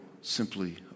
simply